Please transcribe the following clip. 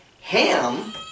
Ham